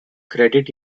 credit